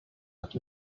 but